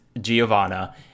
Giovanna